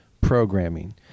programming